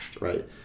right